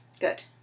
Good